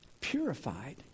purified